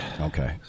Okay